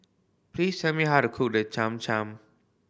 please tell me how to cook the Cham Cham